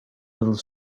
little